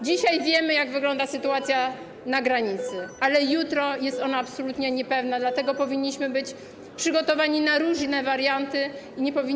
Dzisiaj wiemy, jak wygląda sytuacja na granicy, ale jutro będzie ona absolutnie niepewna, dlatego powinniśmy być przygotowani na różne warianty i nie powinniśmy.